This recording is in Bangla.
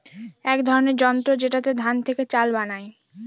এক ধরনের যন্ত্র যেটাতে ধান থেকে চাল বানায়